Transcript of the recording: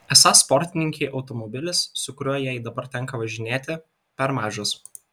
esą sportininkei automobilis su kuriuo jai dabar tenka važinėti per mažas